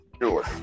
Sure